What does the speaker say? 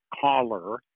collar